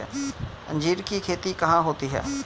अंजीर की खेती कहाँ होती है?